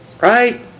right